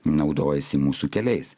naudojasi mūsų keliais